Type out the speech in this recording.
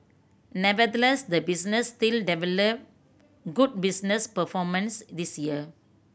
nevertheless the business still delivered good business performance this year